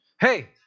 Hey